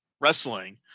wrestling